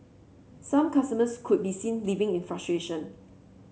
some customers could be seen leaving in frustration